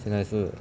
现在是